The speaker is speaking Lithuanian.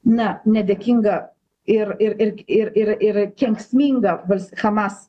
na nedėkingą ir ir ir ir ir ir kenksmingą vals hamas